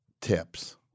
Tips